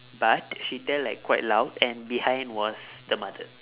but she tell like quite loud and behind was the mother